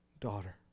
daughter